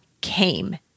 came